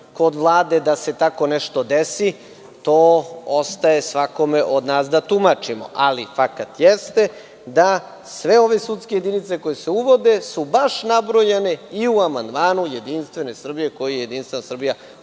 kod Vlade da se tako nešto desi, to ostaje svakome od nas da tumačimo. Ali, fakat jeste da su sve ove sudske jedinice koje se uvode baš nabrojane i u amandmanu Jedinstvene Srbije koji je Jedinstvena Srbija